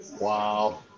wow